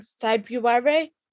February